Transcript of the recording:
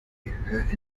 hör